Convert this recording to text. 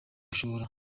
gushora